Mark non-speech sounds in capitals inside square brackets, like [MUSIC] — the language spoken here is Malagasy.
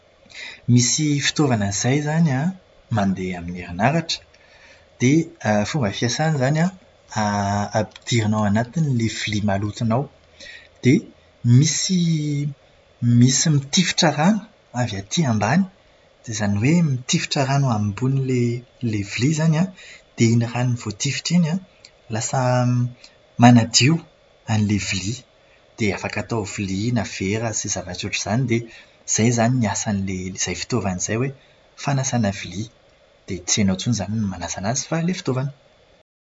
Misy fitaovana izay izany an, mandeha amin'ny herinaratra. Dia ny fomba fiasàna izany an, [HESITATION] ampidirina ao anatiny ilay vilia malotonao. Dia misy misy mitifitra rano avy aty ambany, dia izany hoe mitifitra rano ambonin'ilay vilia izany an, dia iny rano voatifitra iny an, lasa manadio an'ilay vilia. Dia afaka atao vilia na vera izay zavatra ohatr'izany dia izay izany ny asan'izay fitaovana izay hoe, fanasana vilia. Dia tsy ianao intsony izany no manasa anazy fa ilay fitaovana.